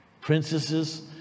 princesses